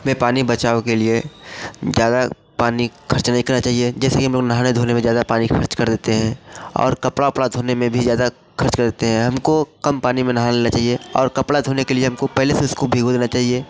यह पानी बचाव के लिए ज़्यादा पानी खर्चा नहीं करना चाहिए जैसे कि हम लोग नहाने धोने में ज़्यादा पानी खर्च कर देते हैं और कपड़ा उपड़ा धोने में भी ज़्यादा खर्च कर देते हैं हमको कम पानी में नहा लेना चाहिए और कपड़े धोने के लिए हमको पहले से उनको भिगो देना चाहिए